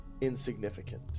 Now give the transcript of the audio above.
insignificant